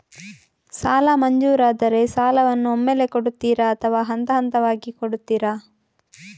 ಸಾಲ ಮಂಜೂರಾದರೆ ಸಾಲವನ್ನು ಒಮ್ಮೆಲೇ ಕೊಡುತ್ತೀರಾ ಅಥವಾ ಹಂತಹಂತವಾಗಿ ಕೊಡುತ್ತೀರಾ?